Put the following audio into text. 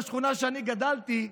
בשכונה שאני גדלתי בה,